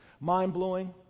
mind-blowing